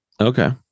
Okay